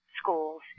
Schools